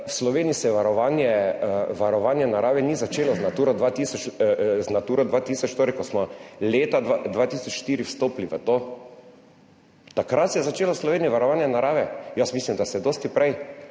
v Sloveniji se varovanje varovanja narave ni začelo z Naturo 2000, torej, ko smo leta 2004 vstopili v to. Takrat se je začelo v Sloveniji varovanje narave. Jaz mislim, da se dosti prej.